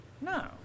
no